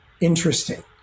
interesting